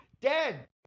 Dad